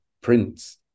prints